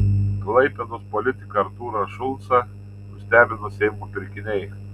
klaipėdos politiką artūrą šulcą nustebino seimo pirkiniai